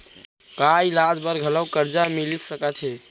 का इलाज बर घलव करजा मिलिस सकत हे?